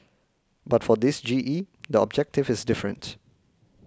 but for this G E the objective is different